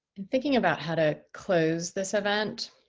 in thinking about how to close this event,